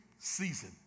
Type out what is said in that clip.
season